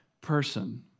person